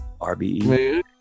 RBE